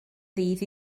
ddydd